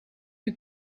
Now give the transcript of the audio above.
you